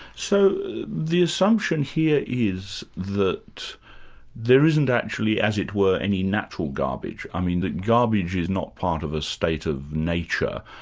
so the assumption here is that there isn't actually, as it were, any natural garbage. i mean, that garbage is not part of a state of nature,